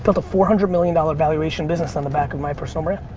built a four hundred million dollars valuation business on the back of my personal brand.